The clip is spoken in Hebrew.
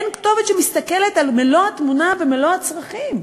אין כתובת שמסתכלת על מלוא התמונה ומלוא הצרכים.